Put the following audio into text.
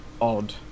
odd